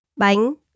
bánh